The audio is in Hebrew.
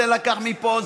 זה לקח מפה,